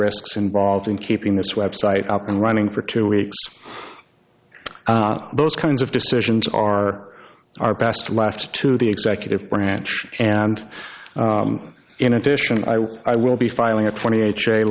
risks involved in keeping this website up and running for two weeks those kinds of decisions are are best left to the executive branch and in addition i i will be filing a twenty